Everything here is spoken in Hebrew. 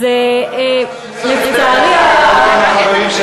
אז לצערי הרב,